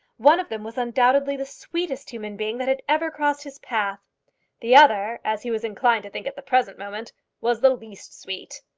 one of them was undoubtedly the sweetest human being that had ever crossed his path the other as he was inclined to think at the present moment was the least sweet.